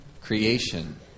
creation